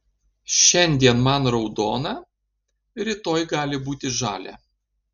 šiandien man raudona rytoj gali būti žalia